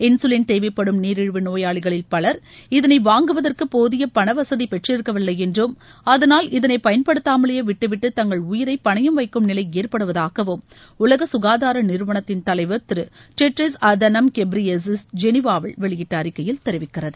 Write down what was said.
இன்கலின் தேவைப்படும் நீரிழிவு நோயாளிகளில் பவர் இதனை வாங்குவதற்கு போதிய பணவசதி பெற்றிருக்கவில்லை என்றும் அதனால் இதனை பயன்படுத்தாமலேயே விட்டுவிட்டு தங்கள் உயிரை பணையம் வைக்கும் நிலை ஏற்படுவதாகவும் உலக ககாதார நிறுவனத்தின் தலைவர் திரு டெட்ரோஸ் ஆதனாம் கெப்ரியேசிஸ் ஜெளிவாவில் வெளியிட்ட அறிக்கை தெரிவிக்கிறது